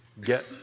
get